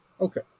Okay